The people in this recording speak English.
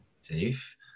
safe